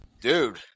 dude